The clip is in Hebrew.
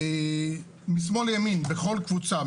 משמאל לימין בכל קבוצה,